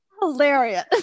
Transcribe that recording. hilarious